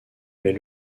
mais